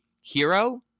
hero